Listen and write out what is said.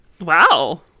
Wow